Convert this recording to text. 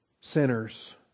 sinners